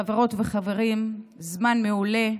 חברות וחברים, זמן מעולה,